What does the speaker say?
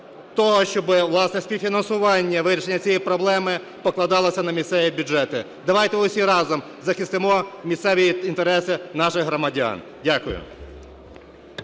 того, щоби, власне, співфінансування вирішення цієї проблеми покладалося на місцеві бюджети. Давайте усі разом захистимо місцеві інтереси наших громадян. Дякую.